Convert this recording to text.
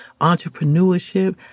entrepreneurship